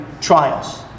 trials